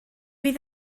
fydd